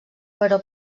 però